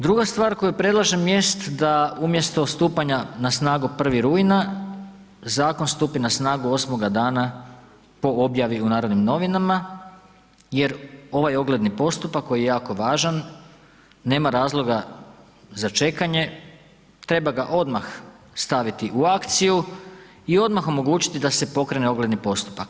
Druga stvar koju predlažem jest da umjesto stupanja na snagu 1. rujna, zakon stupi na snagu osmoga dana po objavi u Narodnim novinama jer ovaj ogledni postupak koji je jako važan, nema razloga za čekanje, treba ga odmah staviti u akciju i odmah omogućiti da se pokrene ogledni postupak.